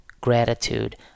gratitude